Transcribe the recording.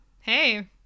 Hey